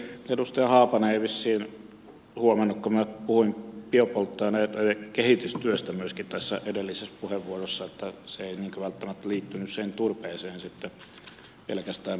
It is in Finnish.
edustaja haapanen ei vissiin huomannut kun minä puhuin biopolttoaineiden kehitystyöstä myöskin tässä edellisessä puheenvuorossa että se ei välttämättä liittynyt turpeeseen sitten pelkästään perussuomalaisten käsityksenä